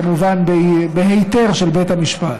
כמובן בהיתר של בית המשפט,